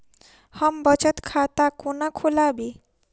हम बचत खाता कोना खोलाबी?